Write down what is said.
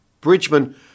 Bridgman